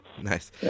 Nice